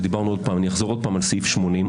ואני שוב אחזור על סעיף 80,